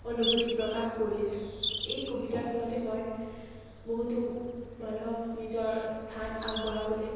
অনুভূতি প্ৰকাশ কৰিছে এই কবিতাৰ ফলতে মই বহুতো মানুহক নিজৰ স্থান আগবঢ়াবলৈ